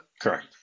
Correct